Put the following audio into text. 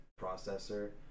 processor